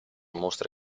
mostre